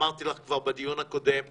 אמרתי לך כבר בדיון הקודם.